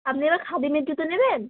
আপনি এবার খাদিমের জুতো নেবেন